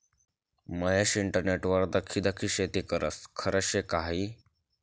महेश इंटरनेटवर दखी दखी शेती करस? खरं शे का हायी